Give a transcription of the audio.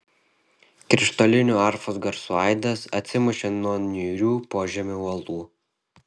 krištolinių arfos garsų aidas atsimušė nuo niūrių požemio uolų